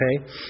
Okay